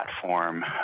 platform